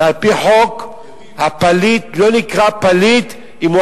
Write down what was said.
ועל-פי חוק הפליט לא נקרא פליט אם הוא